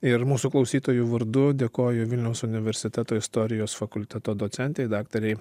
ir mūsų klausytojų vardu dėkoju vilniaus universiteto istorijos fakulteto docentei daktarei